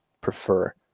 prefer